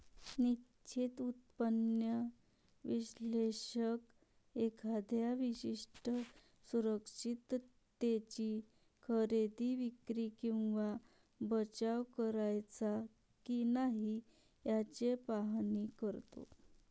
निश्चित उत्पन्न विश्लेषक एखाद्या विशिष्ट सुरक्षिततेची खरेदी, विक्री किंवा बचाव करायचा की नाही याचे पाहणी करतो